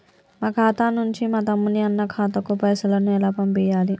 మా ఖాతా నుంచి మా తమ్ముని, అన్న ఖాతాకు పైసలను ఎలా పంపియ్యాలి?